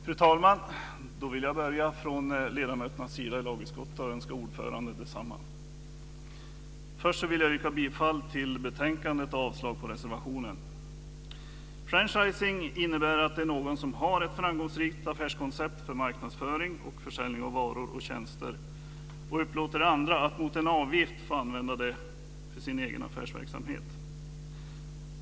Fru talman! Från lagutskottets ledamöter vill jag önska utskottsordföranden detsamma. Inledningsvis yrkar jag bifall till utskottets förslag i betänkandet samt avslag på reservationen. Franchising innebär att någon som har ett framgångsrikt affärskoncept för marknadsföring samt försäljning av varor och tjänster upplåter till andra att mot en avgift få använda det för sin egen affärsverksamhet.